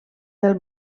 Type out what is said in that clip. del